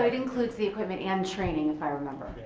um includes the equipment and training, if i remember.